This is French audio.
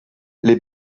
les